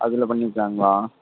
அதில் பண்ணிக்கலாங்களா